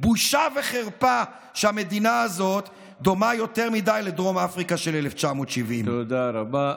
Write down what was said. בושה וחרפה שהמדינה הזאת דומה יותר מדי לדרום אפריקה של 1970. תודה רבה.